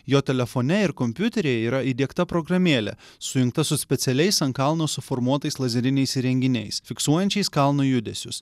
jo telefone ir kompiutery yra įdiegta programėlė sujungta su specialiais ant kalno suformuotais lazeriniais įrenginiais fiksuojančiais kalno judesius